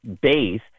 base